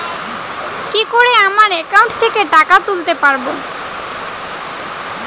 কি করে আমার একাউন্ট থেকে টাকা তুলতে পারব?